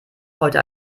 heute